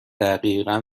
دقیقا